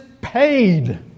paid